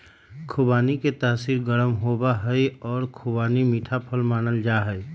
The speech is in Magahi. खुबानी के तासीर गर्म होबा हई और खुबानी मीठा फल मानल जाहई